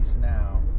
now